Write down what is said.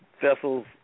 vessels